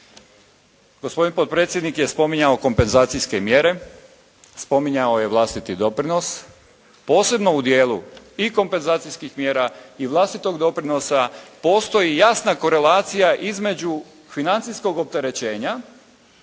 Gospodin potpredsjednik je spominjao kompenzacijske mjere, spominjao je vlastiti doprinos, posebno u dijelu i kompenzacijskih mjera i vlastitog doprinosa, postoji jasna korelacija između financijskog opterećenja